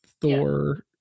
Thor